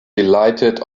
delighted